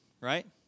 Right